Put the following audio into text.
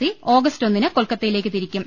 C August ഒന്നിന് കൊൽക്കത്തയിലേക്ക് തിരിക്കും